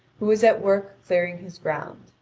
who was at work clearing his ground.